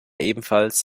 ebenfalls